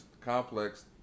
complex